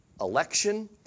election